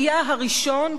אני אומר זאת כאן,